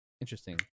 Interesting